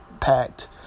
packed